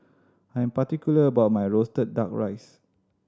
I am particular about my roasted Duck Rice